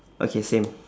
okay same